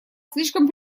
слишком